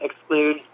exclude